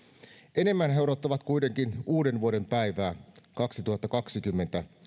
enemmän he he odottavat kuitenkin uudenvuodenpäivää kaksituhattakaksikymmentä